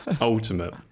ultimate